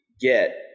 get